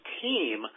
team